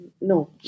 No